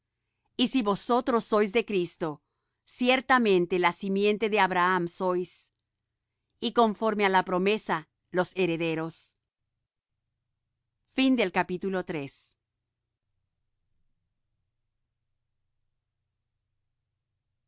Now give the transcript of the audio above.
y si vosotros sois de cristo ciertamente la simiente de abraham sois y conforme á la promesa los herederos